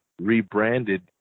rebranded